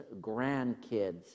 grandkids